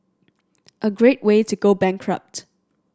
a great way to go bankrupt